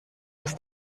was